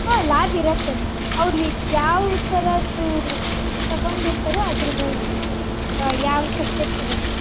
ಹಾಂ ಲ್ಯಾಬ್ ಇರತ್ತೆ ಮೇಡಮ್ ಅವರಿಗೆ ಯಾವ ಥರದ್ದು ತಗೊಂಡು ಇರ್ತಾರೆ ಅದರ ಮೇಲೆ ಯಾವ ಸಬ್ಜೆಕ್ಟ್ ಇರತ್ತೆ